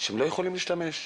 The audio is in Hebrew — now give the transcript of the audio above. שהם לא יכולים להשתמש.